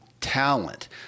talent